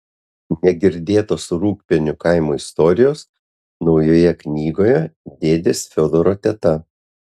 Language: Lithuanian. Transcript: negirdėtos rūgpienių kaimo istorijos naujoje knygoje dėdės fiodoro teta